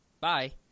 Bye